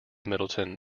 middleton